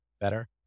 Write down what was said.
better